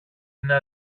είναι